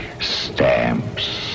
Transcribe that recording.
Stamps